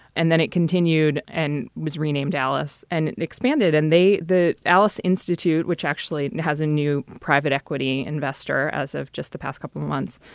and then it continued and was renamed dallas and expanded. and they the alice institute, which actually has a new private equity investor as of just the past couple of months,